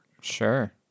Sure